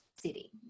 city